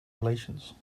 relations